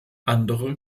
andere